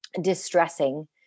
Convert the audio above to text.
distressing